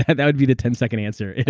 and that would be the ten second answer.